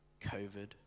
COVID